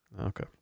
okay